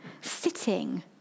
sitting